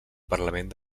parlament